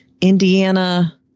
Indiana